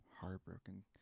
heartbroken